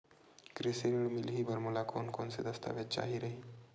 कृषि ऋण मिलही बर मोला कोन कोन स दस्तावेज चाही रही?